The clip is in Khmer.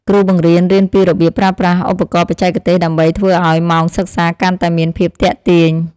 គ្រូបង្រៀនរៀនពីរបៀបប្រើប្រាស់ឧបករណ៍បច្ចេកទេសដើម្បីធ្វើឱ្យម៉ោងសិក្សាកាន់តែមានភាពទាក់ទាញ។